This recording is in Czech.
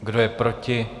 Kdo je proti?